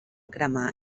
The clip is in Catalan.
cremar